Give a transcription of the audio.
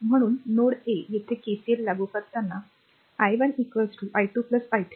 म्हणून node a येथे KCL लागू करताना i1 i2 i3